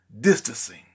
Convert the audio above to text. distancing